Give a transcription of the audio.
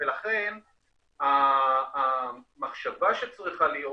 לכן המחשבה שצריכה להיות,